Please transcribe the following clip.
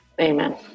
Amen